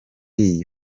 iyi